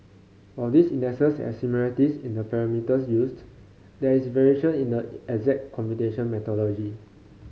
while these indexes have similarities in the parameters used there is variation in the exact computation methodology